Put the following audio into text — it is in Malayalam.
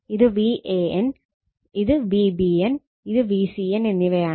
ഇത് VAN ഇത് VBN ഇത് VCN എന്നിവയാണ്